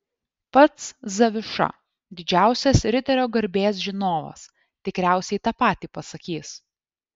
pats zaviša didžiausias riterio garbės žinovas tikriausiai tą patį pasakys